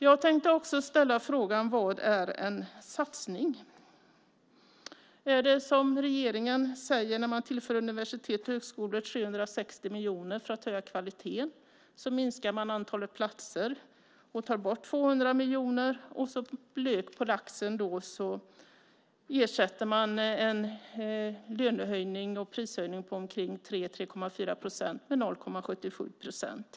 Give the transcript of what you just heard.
Jag tänkte också fråga vad en satsning är. Är det som regeringen säger, det vill säga att tillföra universitet och högskolor 360 miljoner för att höja kvaliteten och samtidigt minska antalet platser och ta bort 200 miljoner, och som lök på laxen ersätta en lönehöjning och prishöjning på 3-3,4 procent med 0,77 procent?